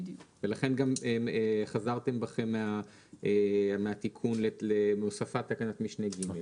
ולכן גם חזרתם בכם מהתיקון להוספת תקנת משנה (ג).